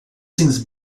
since